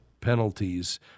penalties